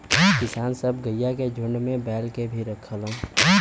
किसान सब गइया के झुण्ड में बैल के भी रखेलन